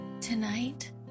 Tonight